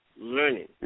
learning